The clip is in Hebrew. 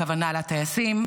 הכוונה לטייסים,